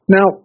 Now